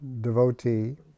devotee